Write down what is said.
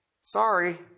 Sorry